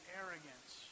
arrogance